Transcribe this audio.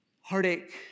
heartache